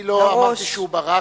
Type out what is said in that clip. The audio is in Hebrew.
אני לא אמרתי שהוא ברח.